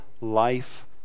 life